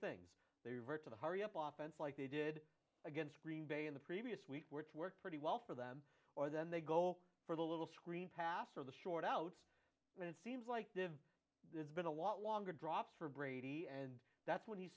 things they revert to the hurry up office like they did against green bay in the previous week which worked pretty well for them or then they go for the little screen pass or the short outs and it seems like there's been a lot longer drops for brady and that's when he